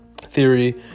theory